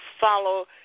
follow